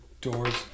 door's